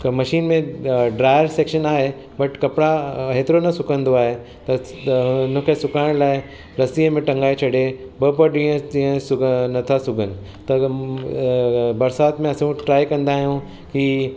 machine में dryer section आहे but कपिड़ा अ एतिरो न सुकंदो आहे त त उनखे सुकायन लाइ रस्सीअ में टंगाए छॾे ॿ ॿ ॾींहं न था सुकनि त अ बरसात में असूं ट्राई कंदा आहियूं की